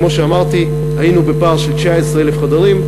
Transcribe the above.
כמו שאמרתי, היינו בפער של 19,000 חדרים.